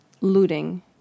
looting